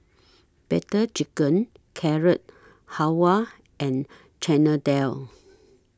Butter Chicken Carrot Halwa and Chana Dal